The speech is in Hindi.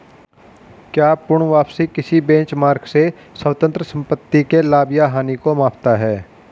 क्या पूर्ण वापसी किसी बेंचमार्क से स्वतंत्र संपत्ति के लाभ या हानि को मापता है?